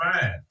fine